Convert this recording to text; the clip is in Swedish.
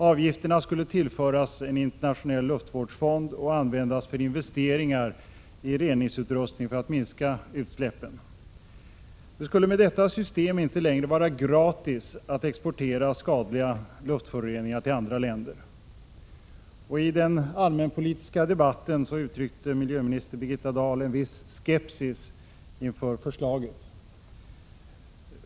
Avgifterna skulle tillföras en internationell luftvårdsfond och användas till investeringar i reningsutrustning för att minska utsläppen. Det skulle med ett sådant system inte längre gå att gratis exportera skadliga luftföroreningar till andra länder. I den allmänpolitiska debatten uttryckte miljöminister Birgitta Dahl en viss skepsis inför förslaget.